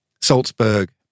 Salzburg